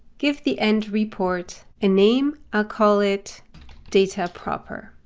give the end report a name, i'll call it dataproper.